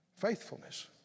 faithfulness